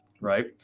right